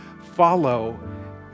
Follow